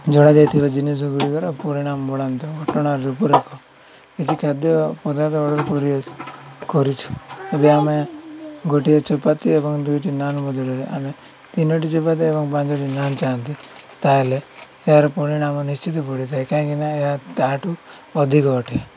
ଯୋଡ଼ା ଯାଇଥିବା ଜିନିଷଗୁଡ଼ିକର ପରିମାଣ ବଢ଼ାନ୍ତୁ ଘଟଣାର ରୂପରେଖ କିଛି ଖାଦ୍ୟ ପଦାର୍ଥ ଅର୍ଡ଼ର୍ କରି କରିଛୁ ଏବେ ଆମେ ଗୋଟିଏ ଚପାତି ଏବଂ ଦୁଇଟି ନାନ୍ ବଦଳରେ ଆମେ ତିନୋଟି ଚପାତି ଏବଂ ପାଞ୍ଚଟି ନାନ୍ ଚାହାଁନ୍ତି ତା'ହେଲେ ଏହାର ପରିମାଣ ନିଶ୍ଚିତ ବଢ଼ିଥାଏ କାହିଁକିନା ଏହା ତା'ଠୁ ଅଧିକ ଅଟେ